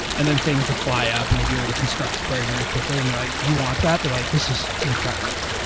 and then things would fly up and they'd be able to construct query very quickly and they're like, you want that? they're like, this is incredible.